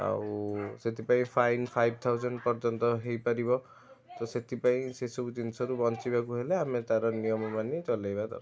ଆଉ ସେଥିପାଇଁ fine five thousand ପର୍ଯ୍ୟନ୍ତ ହେଇପାରିବ ତ ସେଥିପାଇଁ ସେ ସବୁ ଜିନିଷରୁ ବଞ୍ଚିବାକୁ ହେଲେ ଆମେ ତାର ନିୟମ ମାନି ଚଲାଇବା ଦରକାର